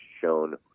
shown